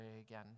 again